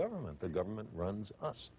government the government runs us